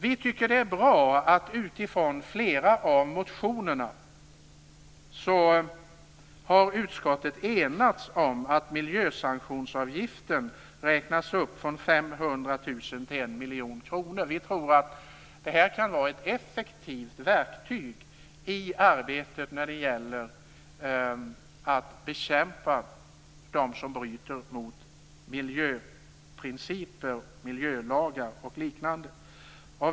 Vi tycker att det är bra att utskottet utifrån flera av motionerna har enats om att miljösanktionsavgiften räknas upp från 500 000 kr till 1 miljon kronor. Detta kan vara ett effektivt verktyg i arbetet för att bekämpa dem som bryter mot miljöprinciper och miljölagar.